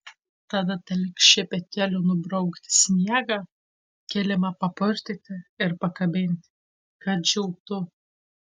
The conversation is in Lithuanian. tada teliks šepetėliu nubraukti sniegą kilimą papurtyti ir pakabinti kad džiūtų